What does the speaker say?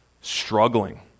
struggling